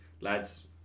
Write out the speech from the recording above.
lads